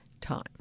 time